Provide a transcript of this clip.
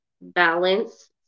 Balance